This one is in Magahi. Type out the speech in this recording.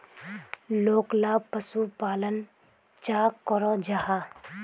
लोकला पशुपालन चाँ करो जाहा?